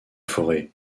fauré